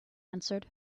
answered